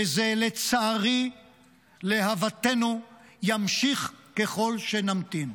וזה לצערי, להוותנו, ימשיך ככל שנמתין.